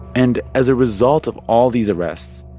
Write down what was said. and as a result of all these arrests,